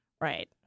Right